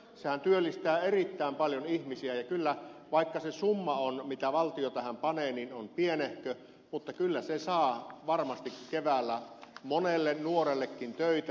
sehän työllistää erittäin paljon ihmisiä ja kyllä vaikka se summa mitä valtio tähän panee on pienehkö niin kyllä se saa varmasti keväälle monelle nuorellekin töitä